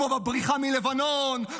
כמו בבריחה מלבנון,